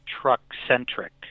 truck-centric